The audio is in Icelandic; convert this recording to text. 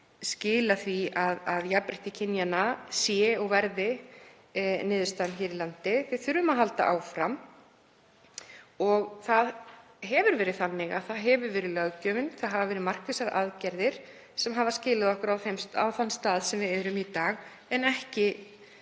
skila því að jafnrétti kynjanna verði niðurstaðan. Við þurfum að halda áfram. Það hefur verið þannig að það hefur verið löggjöfin, það hafa verið markvissar aðgerðir, sem hefur skilað okkur á þann stað sem við erum á í dag en ekki